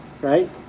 right